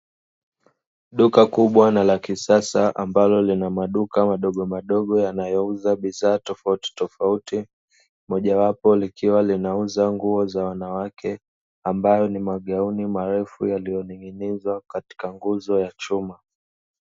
Duka kubwa na la kisasa ambalo lina maduka madogo madogo yanayouza bidhaa tofautitofauti, moja wapo likiwa linauza nguo za wanawake ambayo ni magauni marefu yaliyo ning'inizwa katika nguzo ya chuma.